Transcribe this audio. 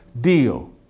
deal